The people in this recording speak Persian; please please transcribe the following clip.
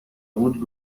بود